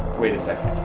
wait a second.